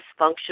dysfunctional